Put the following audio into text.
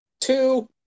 Two